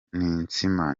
ninsiima